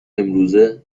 امروزه